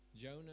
Jonah